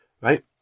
Right